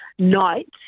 Night